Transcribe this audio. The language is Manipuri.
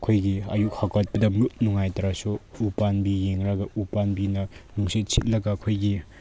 ꯑꯩꯈꯣꯏꯒꯤ ꯑꯌꯨꯛ ꯍꯧꯒꯠꯄꯗ ꯃꯨꯠ ꯅꯨꯡꯉꯥꯏꯇ꯭ꯔꯁꯨ ꯎꯄꯥꯝꯕꯤ ꯌꯦꯡꯂꯒ ꯎ ꯄꯥꯝꯕꯤꯅ ꯅꯨꯡꯁꯤꯠ ꯁꯤꯠꯂꯒ ꯑꯩꯈꯣꯏꯒꯤ